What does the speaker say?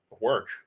work